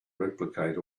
replicate